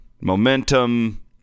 momentum